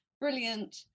brilliant